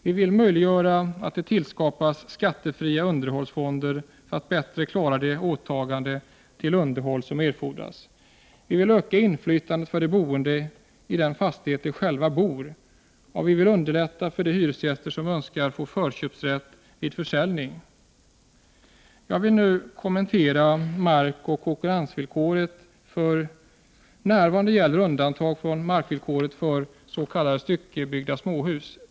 Vi vill möjliggöra att det tillskapas skattefria underhållsfonder för att bättre klara det åtagande som erfordras när det gäller underhåll. Vi vill öka de boendes inflytande i den fastighet där de själva bor, och vi vill underlätta för de hyresgäster som önskar få förköpsrätt vid försäljning. Jag vill nu kommentera markoch konkurrensvillkoret. För närvarande gäller undantag från markvillkoret för s.k. styckebyggda småhus.